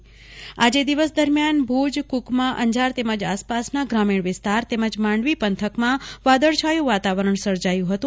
કુલ્પના શાહ ઝરમર વરસાદ આજે દિવસ દરમિયાન ભુજ કુકમા અંજાર તેમજ આસપાસના ગ્રામીણ વિસ્તાર તેમજ માંડવી પંથકમાં વાદળછાયું વાતાવરણ સર્જાયું હતું